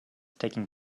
taking